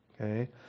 okay